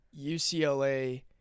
UCLA